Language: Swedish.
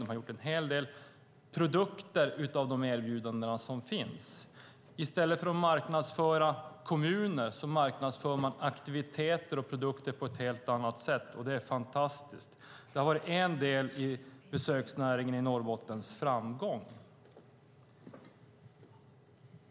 De har gjort en hel del produkter av de erbjudanden som finns. I stället för att marknadsföra kommuner marknadsför man aktiviteter och produkter på ett helt annat sätt, och det är fantastiskt. Det har varit en del i framgången för besöksnäringen i Norrbotten.